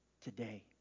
today